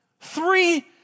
Three